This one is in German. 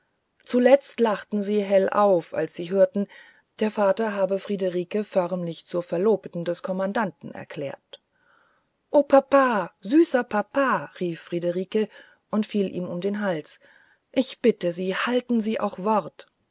zuletzt lachten sie hell auf als sie hörten der vater habe friederike förmlich zur verlobten des kommandanten erklärt o papa süßer papa rief friederike und fiel ihm um den hals ich bitte sie halten sie auch wort